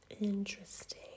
Interesting